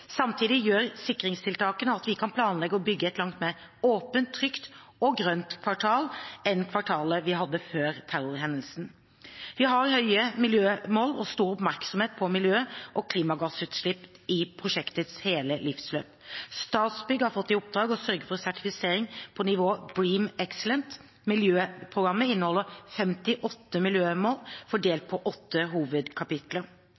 Samtidig gjør sikringstiltakene at vi kan planlegge og bygge et langt mer åpent, trygt og grønt kvartal enn det kvartalet vi hadde før terrorhendelsen. Vi har høye miljømål og stor oppmerksomhet på miljø og klimagassutslipp i prosjektets hele livsløp. Statsbygg har fått i oppdrag å sørge for sertifisering på nivå BREEAM Excellent. Miljøprogrammet inneholder 58 miljømål